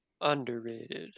Underrated